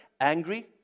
angry